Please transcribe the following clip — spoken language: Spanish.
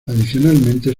adicionalmente